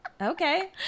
Okay